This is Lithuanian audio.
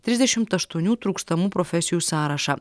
trisdešimt aštuonių trūkstamų profesijų sąrašą